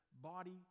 body